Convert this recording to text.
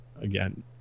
Again